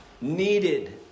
needed